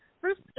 First